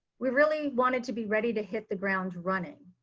we really wanted to be ready to hit the ground running.